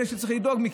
אלה שצריך לדאוג להם,